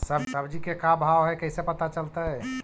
सब्जी के का भाव है कैसे पता चलतै?